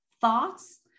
thoughts